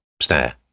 snare